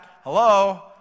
hello